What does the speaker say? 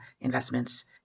investments